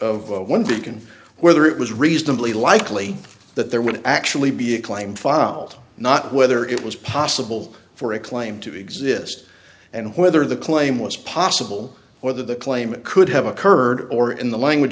of one can whether it was reasonably likely that there would actually be a claim filed not whether it was possible for a claim to exist and whether the claim was possible or the claimant could have occurred or in the language